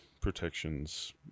protections